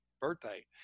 birthday